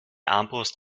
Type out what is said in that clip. armbrust